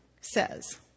says